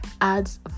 adds